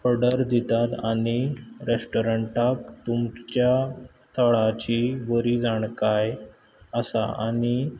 order दितात आनी रॅस्टोरंटाक तुमच्या थळाची बरी जाणकाय आसा आनी